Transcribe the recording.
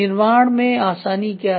निर्माण में आसानी क्या है